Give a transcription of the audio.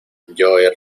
joey